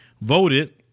voted